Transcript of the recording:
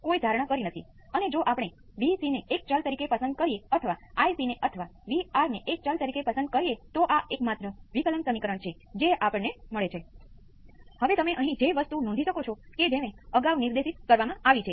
શું તે નથી અથવા જો અહી આ RC ફિલ્ટર ની કલ્પના આ ઈનપુટ આલ્ફા × અને આ ઇનપુટ બીટા × સાથે કરીએ તો આમ steady state response alpha × V c 1 beta × V c 2 હશે